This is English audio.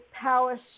power